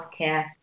healthcare